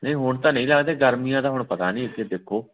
ਨਹੀਂ ਹੁਣ ਤਾਂ ਨਹੀਂ ਲੱਗਦੇ ਗਰਮੀਆਂ ਦਾ ਹੁਣ ਪਤਾ ਨਹੀਂ ਅੱਗੇ ਦੇਖੋ